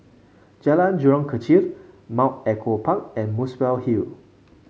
Jalan Jurong Kechil Mount Echo Park and Muswell Hill